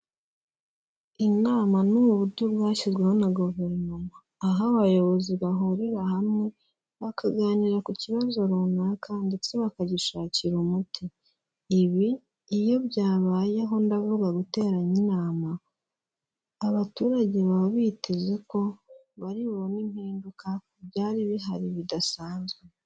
Inama ni uburyo bwashyizweho na Guverinoma. Aho abayobozi bahurira hamwe bakaganira ku kibazo runaka ndetse bakagishakira umuti. Ibi iyo byabayeho ndavuga guteranya inama, abaturage baba biteze ko bari bubone impinduka ku byari bihari bidasanzwe.